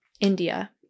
India